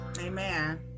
amen